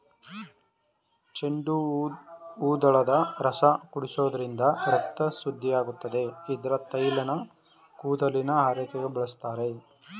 ಚೆಂಡುಹೂದಳದ ರಸ ಕುಡಿಸೋದ್ರಿಂದ ರಕ್ತ ಶುದ್ಧಿಯಾಗುತ್ತೆ ಇದ್ರ ತೈಲನ ಕೂದಲಿನ ಆರೈಕೆಗೆ ಬಳಸ್ತಾರೆ